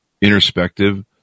introspective